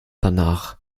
danach